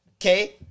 Okay